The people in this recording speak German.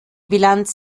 bilanz